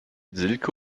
silke